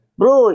bro